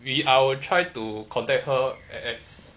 we I will try to contact her as